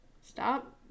stop